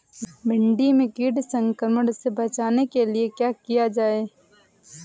भिंडी में कीट संक्रमण से बचाने के लिए क्या किया जाए?